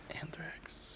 Anthrax